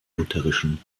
lutherischen